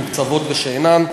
מתוקצבות ושאינן.